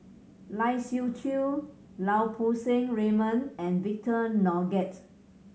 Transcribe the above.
Lai Siu Chiu Lau Poo Seng Raymond and Victor Doggett